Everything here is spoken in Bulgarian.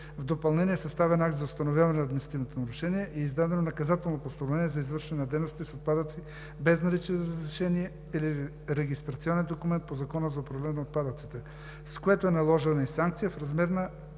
В допълнение е съставен акт за установяване на административното нарушение и е издадено наказателно постановление за извършване на дейности с отпадъци без налични разрешения или регистрационен документ по Закона за управление на отпадъците, с което е наложена и санкция в размер на